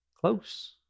Close